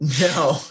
No